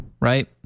right